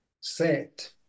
set